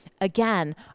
again